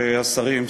השרים,